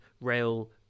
rail